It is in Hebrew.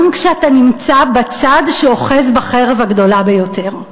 כשאתה נמצא בצד שאוחז בחרב הגדולה ביותר.